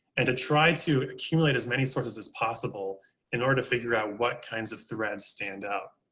and to try to accumulate as many sources as possible in order to figure out what kinds of threads stand out.